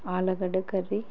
ఆలుగడ్డ కర్రీ